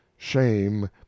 shame